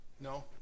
No